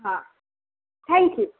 हां थँक्यू